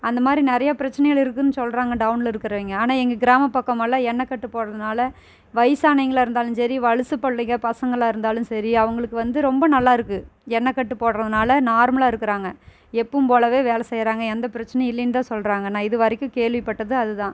அந்தமாதிரி நிறையா பிரச்சனைகள் இருக்கும்னு சொல்கிறாங்க டவுனில் இருக்குறவங்க ஆனால் எங்கள் கிராம பக்கமெல்லாம் எண்ணெய் கட்டு போடறதுனால் வயசானவங்களா இருந்தாலும் சரி வயசு புள்ளைங்க பசங்களாக இருந்தாலும் சரி அவங்களுக்கு வந்து ரொம்ப நல்லாருக்கும் எண்ணெய் கட்டு போடறதுனால் நார்மலாக இருக்கிறாங்க எப்போவும் போலவே வேலை செய்யறாங்க எந்த பிரச்சனையும் இல்லைன்னு தான் சொல்கிறாங்க நான் இது வரைக்கும் கேள்விப்பட்டது அது தான்